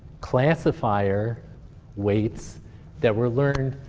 classifier weights that were learned